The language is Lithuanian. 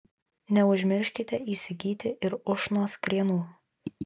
neužmirškite įsigyti ir ušnos krienų